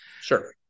Sure